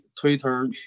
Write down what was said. Twitter